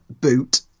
boot